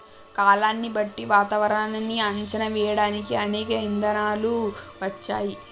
కాలాన్ని బట్టి వాతావరనాన్ని అంచనా వేయడానికి అనేక ఇధానాలు వచ్చాయి